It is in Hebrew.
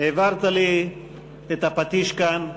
העברת לי את הפטיש כאן,